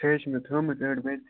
سُہ حظ چھِ مےٚ تھٲومٕتۍ أڑۍ بٔتۍ